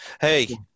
Hey